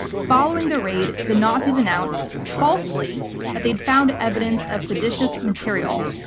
following the raid, the nazis announced falsely that they'd found evidence of seditious material.